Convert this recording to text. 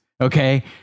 Okay